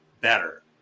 better